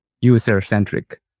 user-centric